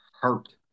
Hurt